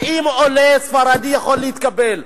האם עולה ספרדי יכול להתקבל?